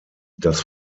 das